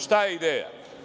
Šta je ideja?